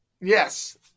Yes